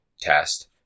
test